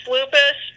Lupus